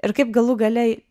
ir kaip galų gale